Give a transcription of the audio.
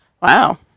Wow